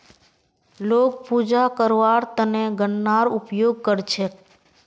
लोग पूजा करवार त न गननार उपयोग कर छेक